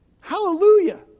Hallelujah